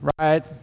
Right